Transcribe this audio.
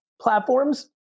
platforms